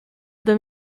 them